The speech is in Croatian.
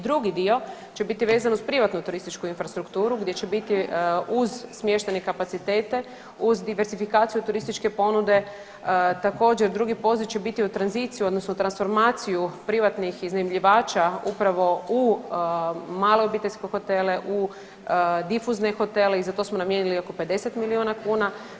Drugi dio će biti vezan uz privatnu turističku infrastrukturu gdje će biti uz smještajne kapacitete, uz diversifikaciju turističke ponude također drugi poziv će biti u tranziciju odnosno transformaciju privatnih iznajmljivača upravo u male obiteljske hotele, u difuzne hotele i za to smo namijenili oko 50 miliona kuna.